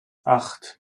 acht